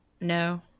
No